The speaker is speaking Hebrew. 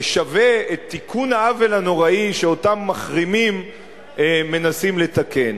ששווה את תיקון העוול הנוראי שאותם מחרימים מנסים לתקן.